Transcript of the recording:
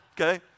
okay